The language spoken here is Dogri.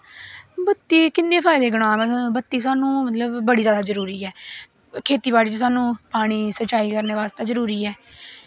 ते किन्ने फैदे सनांऽ में बत्ती सानूं बड़ा जरूरी ऐ खेत्ती बाड़ी च संचाई करने बास्तै जरूरी ऐ